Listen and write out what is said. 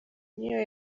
n’iyo